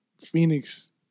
Phoenix